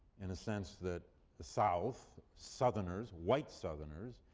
in a sense that the south, southerners, white southerners,